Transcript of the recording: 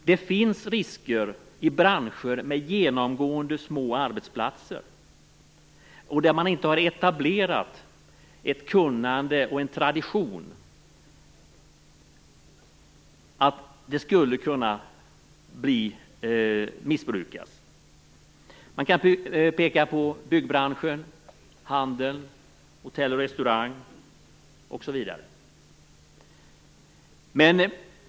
Det finns risker, i branscher med genomgående små arbetsplatser och där man inte har etablerat ett kunnande och en tradition, att det här skulle kunna missbrukas. Man kan peka på byggbranschen, handeln, hotell och restaurangnäringen osv.